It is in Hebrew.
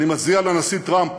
אני מצדיע לנשיא טראמפ